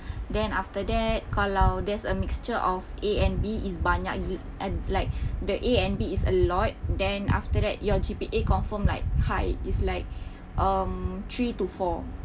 then after that kalau there's a mixture of A and B is banyak and like the A and B is a lot then after that your G_P_A confirm like high is like um three to four